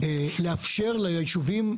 לאפשר לישובים,